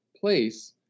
place